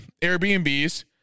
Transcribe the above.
Airbnbs